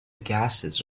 gases